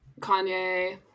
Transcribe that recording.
Kanye